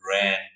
ran